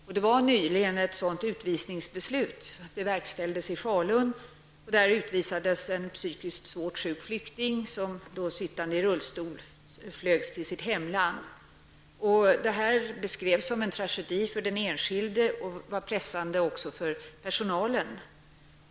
Nyligen verkställdes ett sådant utvisningsbeslut i Falun. En psykiskt svårt sjuk flykting utvisades. Sittande i rullstol flögs den här personen till sitt hemland. Denna händelse har beskrivits som en tragedi för den enskilde. Men det var pressande också för personalen.